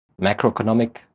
macroeconomic